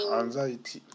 anxiety